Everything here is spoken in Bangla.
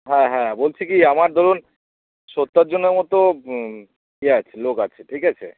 হ্যাঁ হ্যাঁ বলছি কি আমার ধরুন সত্তর জনের মতো ইয়ে আছে লোক আছে ঠিক আছে